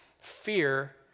fear